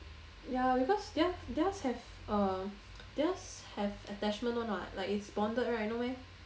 ya because theirs theirs have uh theirs have attachment [one] what like it's bonded right not meh